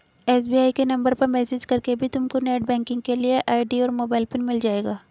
SBI के नंबर पर मैसेज करके भी तुमको नेटबैंकिंग के लिए आई.डी और मोबाइल पिन मिल जाएगा